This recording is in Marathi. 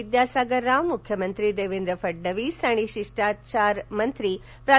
विद्यासागर राव मुख्यमंत्री देवेंद्र फडणवीस आणि राजशिष्टाचार मंत्री प्रा